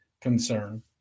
concern